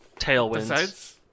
tailwinds